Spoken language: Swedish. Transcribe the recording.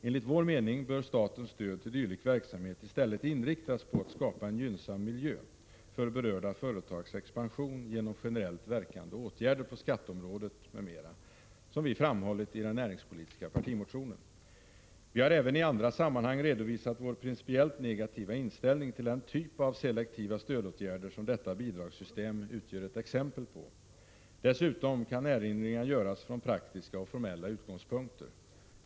Enligt vår mening bör statens stöd till dylik verksamhet i stället inriktas på att skapa en gynnsam miljö för berörda företags expansion genom generellt verkande åtgärder på skatteområdet m.m., som vi framhållit i den näringspolitiska partimotionen. Vi har även i andra sammanhang redovisat vår principiellt negativa inställning till den typ av selektiva stödåtgärder som detta bidragssystem utgör ett exempel på. Dessutom kan erinringar göras från praktiska och formella utgångspunkter.